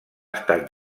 estat